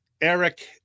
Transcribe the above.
Eric